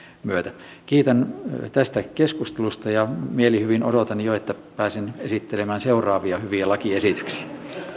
myötä kiitän tästä keskustelusta ja mielihyvin odotan jo että pääsen esittelemään seuraavia hyviä lakiesityksiä